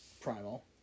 Primal